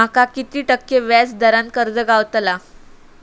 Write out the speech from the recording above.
माका किती टक्के व्याज दरान कर्ज गावतला?